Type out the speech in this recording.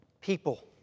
people